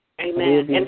Amen